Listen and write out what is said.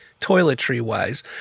toiletry-wise